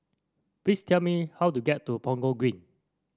please tell me how to get to Punggol Green